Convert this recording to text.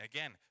Again